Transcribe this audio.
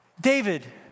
David